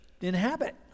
inhabit